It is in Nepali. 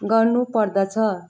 गर्नु पर्दछ